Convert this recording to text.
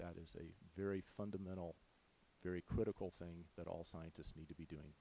is a very fundamental very critical thing that all scientists need to be doing